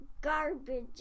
garbage